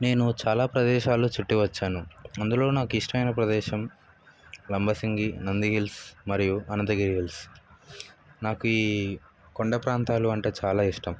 నేను చాలా ప్రదేశాలు చుట్టి వచ్చాను అందులో నాకు ఇష్టమైన ప్రదేశం లంబసింగి నంది హీల్స్ మరియు అనంతగిరి హిల్స్ నాకు ఈ కొండ ప్రాంతాలు అంటే చాలా ఇష్టం